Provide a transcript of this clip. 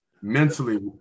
Mentally